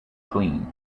clean